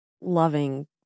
loving